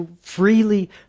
freely